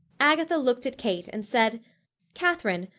agatha looked at kate and said katherine,